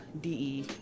DE